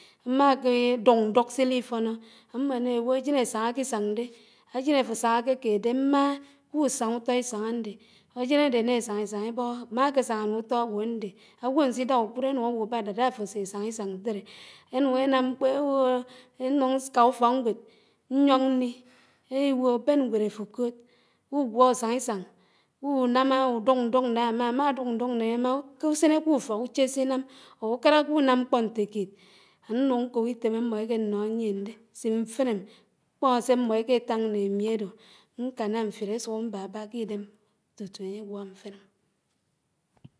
Nmáké dùk ñdùk kúfónó ámmó éná éwò ísáñ dé. ájén áfò sáñáké kéd dé mmáá, kùsáñá ùtó ísáñ ándé. ájén ádé né sáñá ísáñ íbóhó. ámá ké sáñá m’ufó ágwò ándé. ágwò ánsídá ùkùd ánùñ áwùbád dát áfò ásé sáñá ísáñ ñtéré. énùñ énámkpó éwòò ñnùñ ñká ùfókñgwéd. ñyóñ ñnni élíwò bén ñgwéd áfò kòòd. kùgwó ùsáñ. k’únámá ùdùk ñdùk ná ámá. ámá dùk ñdùk némá kùsínéké ùfók ùché séncúm or ùkáráké ànám mkpó ñtékéd anùñ nkoh ítém ámmó éké nóyíén dé súm mfíném, kpóó sé mmó ékétáñ ñne ámí ádò ñkáná mfire ásùk ámbádá k’idém tùtù ányegwó mfíném